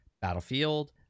Battlefield